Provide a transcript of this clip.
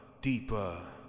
deeper